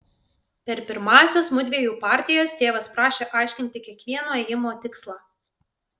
per pirmąsias mudviejų partijas tėvas prašė aiškinti kiekvieno ėjimo tikslą